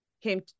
came